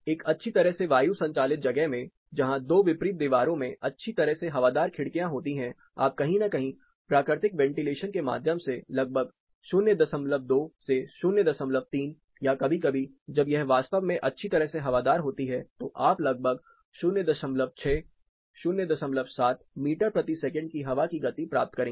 एक अच्छी तरह से वायु संचालित जगह में जहाँ दो विपरीत दीवारों में अच्छी तरह से हवादार खिड़कियां होती हैं आप कहीं न कहीं प्राकृतिक वेंटिलेशन के माध्यम से लगभग 02 से 03 या कभी कभी जब यह वास्तव में अच्छी तरह से हवादार होती है तो आप लगभग 06 07 मीटर प्रति सेकंड की हवा की गति प्राप्त करेंगे